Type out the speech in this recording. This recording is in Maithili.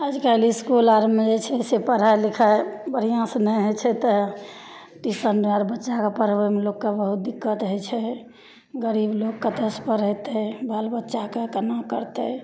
आइ काल्हि इसकुल आओरमे जे छै से पढ़ाइ लिखाइ बढ़िआँसे नहि होइ छै तऽ टीसन आओर बच्चाके पढ़बैमे लोककेँ बहुत दिक्कत होइ छै गरीब लोक कतएसे पढ़ेतै बालबच्चाकेँ कोना करतै